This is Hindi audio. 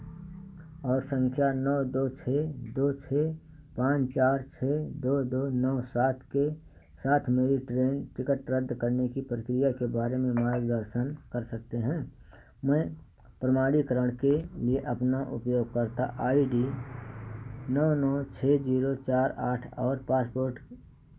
और संख्या नौ दो छः दो छः पाँच चार छः दो दो नौ सात छः सात मेरी ट्रेन टिकट रद्द करने की प्रक्रिया के बारे में मार्गदर्शन कर सकते हैं मैं प्रमाणीकरण के लिए अपना उपयोगकर्ता आई डी नौ नौ छः जीरो चार आठ और पासपोर्ट